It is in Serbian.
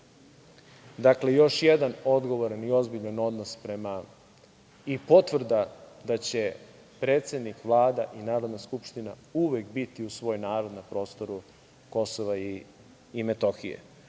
Dakle, još jedan odgovoran i ozbiljan odnos i potvrda da će predsednik, Vlada i Narodna skupština uvek biti uz svoj narod na prostoru Kosova i Metohije. Pored